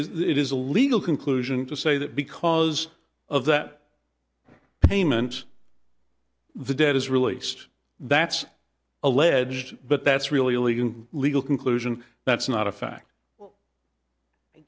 is it is a legal conclusion to say that because of that payment the debt is released that's alleged but that's really only legal conclusion that's not a fact